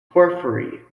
porphyry